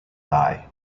die